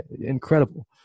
incredible